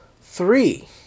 three